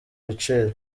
biciro